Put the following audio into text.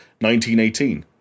1918